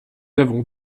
avons